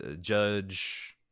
Judge